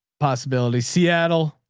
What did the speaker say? possibility seattle